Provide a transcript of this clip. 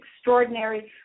extraordinary